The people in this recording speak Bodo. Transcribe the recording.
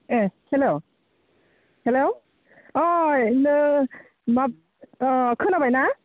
ए हेल' हेल' ओइ खोनाबायना